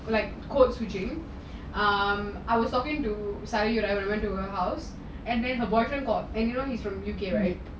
like code switching um I was talking to suddenly you wherever you went to her house and when her boyfriend called and you know he is from U_K right